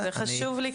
זה חשוב לי,